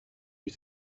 you